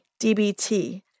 DBT